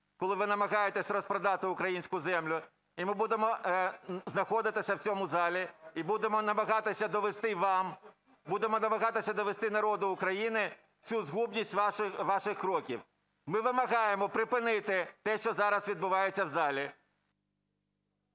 коли ви намагаєтесь розпродати українську землю, і ми будемо знаходитися в цьому залі і будемо намагатися довести вам, будемо намагатися довести народу України цю згубність ваших кроків. Ми вимагаємо припинити те, що зараз відбувається в залі.